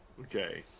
Okay